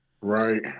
Right